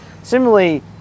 Similarly